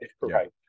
right